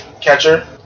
catcher